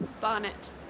bonnet